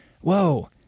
Whoa